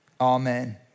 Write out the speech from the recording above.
Amen